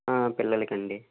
పిల్లలకండి